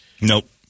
Nope